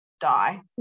die